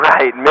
Right